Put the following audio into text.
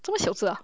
this is a